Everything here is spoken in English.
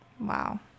Wow